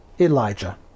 Elijah